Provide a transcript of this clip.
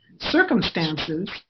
circumstances